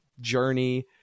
journey